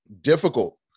difficult